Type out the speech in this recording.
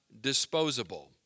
disposable